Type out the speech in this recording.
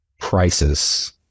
prices